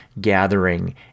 gathering